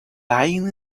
lying